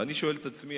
ואני שואל את עצמי,